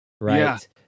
right